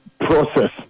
process